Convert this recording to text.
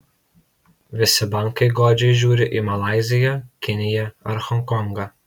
visi bankai godžiai žiūri į malaiziją kiniją ar honkongą